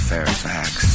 Fairfax